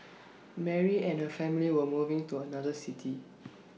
Mary and her family were moving to another city